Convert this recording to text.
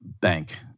bank